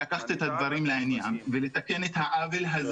צריך לקחת את הדברים לידיים ולתקן את העוול,